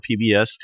PBS